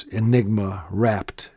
enigma-wrapped